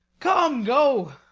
come, go.